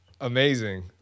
Amazing